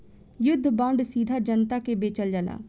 युद्ध बांड सीधा जनता के बेचल जाला